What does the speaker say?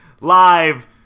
live